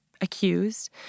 Accused